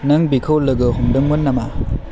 नों बिखौ लोगो हमदोंमोन नामा